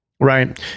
Right